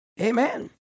Amen